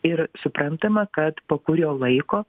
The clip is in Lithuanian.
ir suprantama kad po kurio laiko